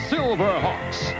Silverhawks